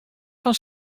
fan